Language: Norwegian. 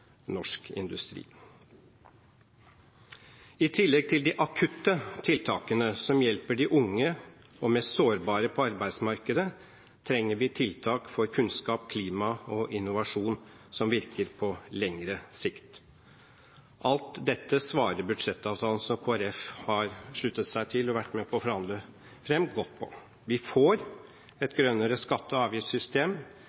norsk industri. I tillegg til de akutte tiltakene som hjelper de unge og mest sårbare på arbeidsmarkedet, trenger vi tiltak for kunnskap, klima og innovasjon som virker på lengre sikt. Alt dette svarer budsjettavtalen – som Kristelig Folkeparti har sluttet seg til og vært med på å forhandle fram – godt på. Vi får et grønnere skatte- og avgiftssystem